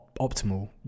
optimal